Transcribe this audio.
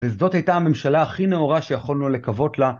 אז זאת הייתה הממשלה הכי נאורה שיכולנו לקוות לה.